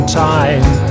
time